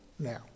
now